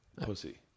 pussy